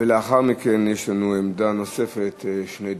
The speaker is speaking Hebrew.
ולאחר מכן יש לנו עמדה נוספת, שני דוברים.